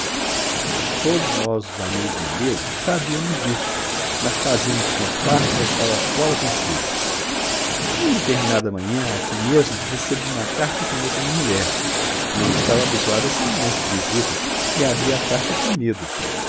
todos nós os amigos do marido sabíamos disso mas fazíamos constar que ela estava fora com os filhos em determinada manhã aqui mesmo recebo uma carta com letra de mulher não estava habituado a semelhantes visitas e abri a carta com medo